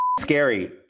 scary